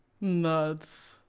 Nuts